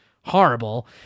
horrible